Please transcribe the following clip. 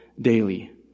daily